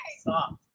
Stop